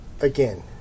Again